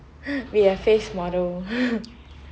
we are face model